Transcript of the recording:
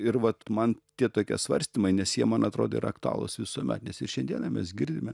ir vat man tie tokie svarstymai nes jie man atrodo yra aktualūs visuomet nes ir šiandieną mes girdime